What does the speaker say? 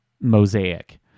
mosaic